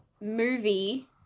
movie